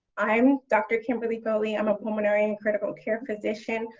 i'm dr. kimberly foley. i'm a pulmonary and critical care physician.